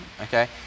okay